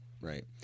right